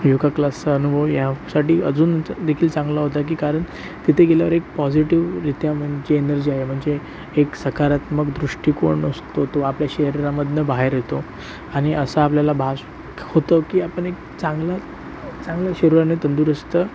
योगा क्लासचा अनुभव यासाठी अजून देखील चांगला होता की कारण तिथे गेल्यावर एक पॉझिटिवरित्या मेन जी एनर्जी आहे म्हणजे एक सकारात्मक दृष्टिकोन असतो तो आपल्या शरीरामधनं बाहेर येतो आणि असा आपल्याला भास होतो की आपण एक चांगलं चांगलं शरीराने तंदुरुस्त